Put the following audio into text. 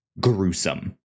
gruesome